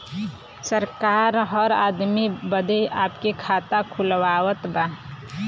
सरकार हर आदमी बदे आपे खाता खुलवावत बा